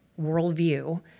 worldview